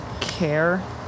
care